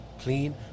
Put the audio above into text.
clean